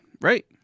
right